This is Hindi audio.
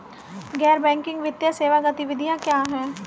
गैर बैंकिंग वित्तीय सेवा गतिविधियाँ क्या हैं?